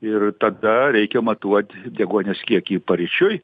ir tada reikia matuot deguonies kiekį paryčiui